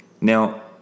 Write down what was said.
Now